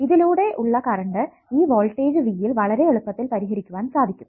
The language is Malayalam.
ഇതിലൂടെ ഉള്ള കറണ്ട് ഈ വോൾട്ടേജ് V യിൽ വളരെ എളുപ്പത്തിൽ പരിഹരിക്കുവാൻ സാധിക്കും